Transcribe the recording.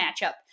matchup